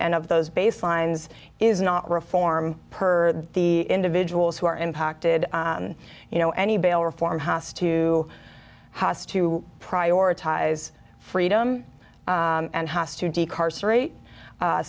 and of those baselines is not reform per the individuals who are impacted you know any bail or form house to house to prioritize freedom and has to